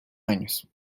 años